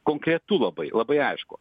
konkretu labai labai aišku